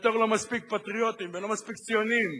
בתור לא מספיק פטריוטים, בתור לא מספיק ציונים,